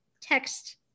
text